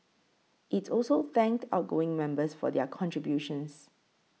it also thanked outgoing members for their contributions